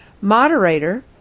Moderator